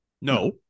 no